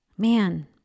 Man